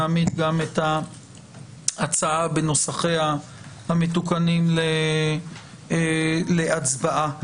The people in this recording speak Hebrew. נעמיד את ההצעה בנוסחיה המתוקנים להצבעה.